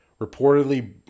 reportedly